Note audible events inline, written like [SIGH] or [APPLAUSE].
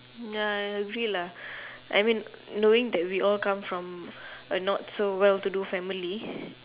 ya I agree lah I mean knowing that we all come from a not so well to do family [BREATH]